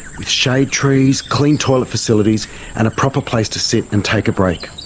with shade trees, clean toilet facilities and a proper place to sit and take a break.